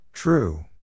True